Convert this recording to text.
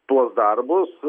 tuos darbus